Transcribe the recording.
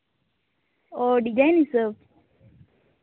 ᱚᱸᱻ ᱰᱤᱡᱟᱭᱤᱱ ᱦᱤᱥᱟᱹᱵᱽ